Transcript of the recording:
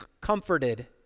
comforted